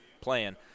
playing